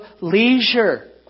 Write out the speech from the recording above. leisure